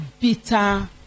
bitter